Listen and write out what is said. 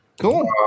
Cool